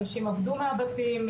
אנשים עבדו מהבתים,